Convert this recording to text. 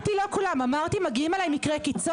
אמרתי לא כולם, אמרתי מגיעים אליי מקרי קיצון.